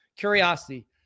curiosity